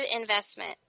investment